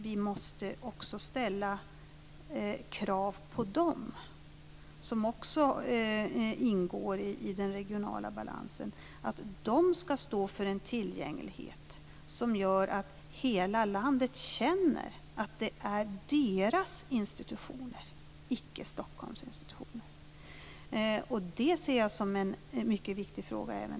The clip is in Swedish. De ingår också i den regionala balansen. De skall stå för en tillgänglighet som gör att hela landet känner att det är deras institutioner och inte Stockholms institutioner. Jag ser även det som en mycket viktig fråga.